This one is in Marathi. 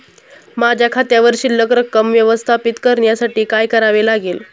माझ्या खात्यावर शिल्लक रक्कम व्यवस्थापित करण्यासाठी काय करावे लागेल?